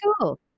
cool